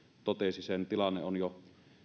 totesi sen tilanne on jo